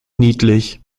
niedlich